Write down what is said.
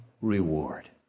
reward